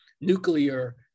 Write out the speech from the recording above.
nuclear